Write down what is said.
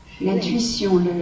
l'intuition